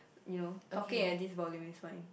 you know talking at this volume is fine